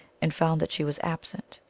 and found that she was absent.